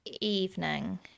evening